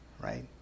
right